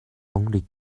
only